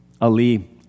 Ali